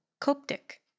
Coptic